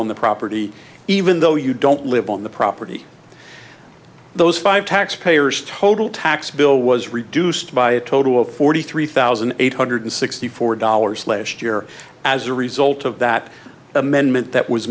on the property even though you don't live on the property those five taxpayers total tax bill was reduced by a total of forty three thousand eight hundred sixty four dollars last year as a result of that amendment that was